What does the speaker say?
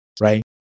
right